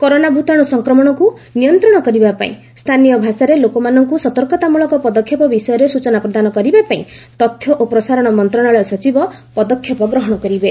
corona ଭୂତାଣୁ ସଂକ୍ରମଣକୁ ନିୟନ୍ତ୍ରଣ କରିବାପାଇଁ ସ୍ଥାନୀୟ ଭାଷାରେ ଲୋକମାନଙ୍କୁ ସତର୍କତାମଳକ ପଦକ୍ଷେପ ବିଷୟରେ ସୂଚନା ପ୍ରଦାନ କରିବାପାଇଁ ତଥ୍ୟ ଓ ପ୍ରସାରଣ ମନ୍ତ୍ରଣାଳୟ ସଚିବ ପଦକ୍ଷେପ ଗ୍ରହଣ କରିବେ